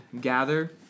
gather